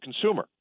consumer